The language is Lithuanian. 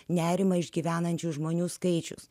nerimą išgyvenančių žmonių skaičius